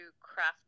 craft